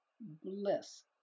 bliss